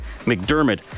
McDermott